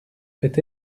fait